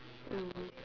mm